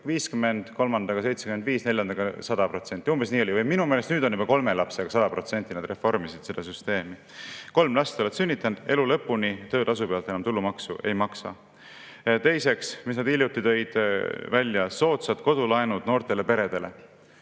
neljandaga 100%. Umbes nii oli. Või minu meelest nüüd on juba kolme lapse puhul 100%, nad reformisid seda süsteemi. Kolm last oled sünnitanud, elu lõpuni töötasu pealt enam tulumaksu ei maksa. Teiseks, millega nad hiljuti tulid välja: soodsad kodulaenud noortele peredele,